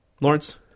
Lawrence